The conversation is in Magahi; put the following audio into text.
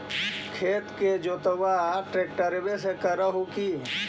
खेत के जोतबा ट्रकटर्बे से कर हू की?